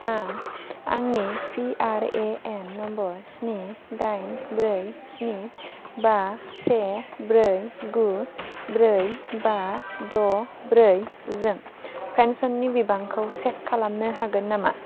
आंनि PRAN number स्नि दाइन ब्रै स्नि बा से ब्रै गु ब्रै बा द' ब्रै जों पेन्सननि बिबांखौ चेक खालामनो हागोन नामा